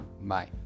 bye